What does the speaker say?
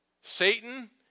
Satan